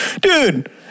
dude